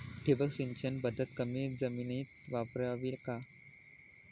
ठिबक सिंचन पद्धत कमी जमिनीत वापरावी का?